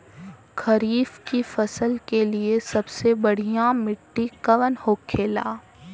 खरीफ की फसल के लिए सबसे बढ़ियां मिट्टी कवन होखेला?